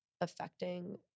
affecting